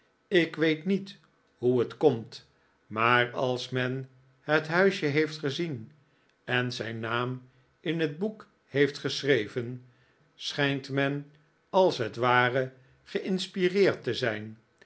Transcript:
ik weet niet hoe het komt maar als men het huisje heeft gezienen zijn naam in het boek heeft geschreven schijnt men als het ware geinspireerd te zijn